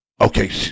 okay